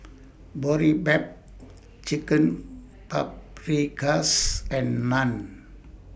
Boribap Chicken Paprikas and Naan